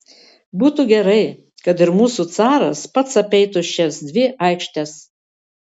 būtų gerai kad ir mūsų caras pats apeitų šias dvi aikštes